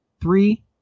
three